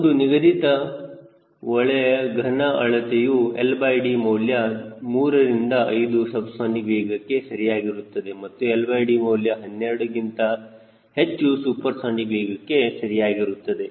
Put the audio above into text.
ಒಂದು ನಿಗದಿತ ಒಳ ಘನ ಅಳತೆಯು ld ಮೌಲ್ಯ 3 ರಿಂದ 5 ಸಬ್ಸಾನಿಕ್ ವೇಗಕ್ಕೆ ಸರಿಯಾಗಿರುತ್ತದೆ ಮತ್ತು ld ಮೌಲ್ಯ 12 ಗಿಂತ ಹೆಚ್ಚು ಸೂಪರ್ಸೋನಿಕ್ ವೇಗಕ್ಕೆ ಸರಿಯಾಗಿರುತ್ತದೆ